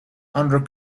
under